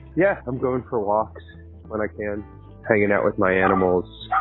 yeah i'm going for walks when i can hang and out with my animals